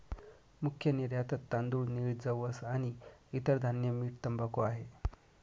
मुख्य निर्यातत तांदूळ, नीळ, जवस आणि इतर धान्य, मीठ, तंबाखू आहे